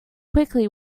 quickly